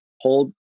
hold